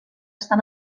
estan